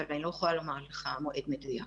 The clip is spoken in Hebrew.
אבל אני לא יכולה לומר לך מועד מדויק.